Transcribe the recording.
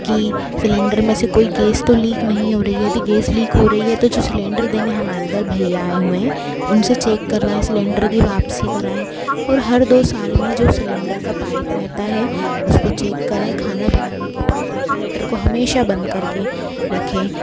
कि सेलेंडर में से कोई गैस तो लीक नहीं हो रही है यदि गैस लीक हो रही है तो जो सेलेंडर देने हमारे धर भय्या आए हुए हैं उन से चेक करवाएं सिलेन्डर की वापसी कराएं और हर दो साल में जो सेलेंडर का जो पाइप रहता है उसको चेक करें खाना बनाने के बाद रेगुलेटर को हमेशा बंद कर के रखें